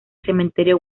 cementerio